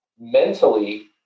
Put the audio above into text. Mentally